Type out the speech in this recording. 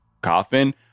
coffin